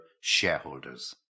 shareholders